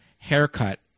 haircut